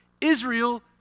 Israel